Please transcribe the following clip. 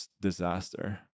disaster